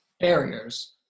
barriers